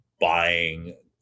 buying